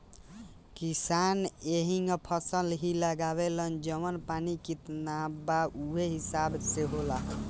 किसान एहींग फसल ही लगावेलन जवन पानी कितना बा उहे हिसाब से होला